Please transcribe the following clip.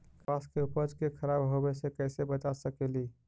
कपास के उपज के खराब होने से कैसे बचा सकेली?